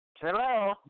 Hello